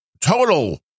total